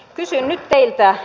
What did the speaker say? kysyn nyt teiltä